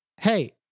hey